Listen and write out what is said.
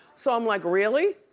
so i'm like really?